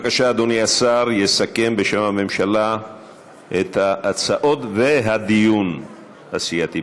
אדוני השר יסכם בשם הממשלה את ההצעות ואת הדיון הסיעתי.